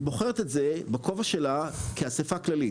היא בוחרת בכובע שלה כאסיפה כללית.